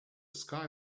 sky